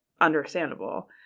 understandable